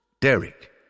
Derek